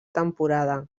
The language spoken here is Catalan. temporada